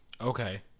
okay